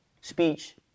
speech